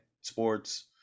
sports